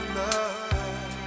love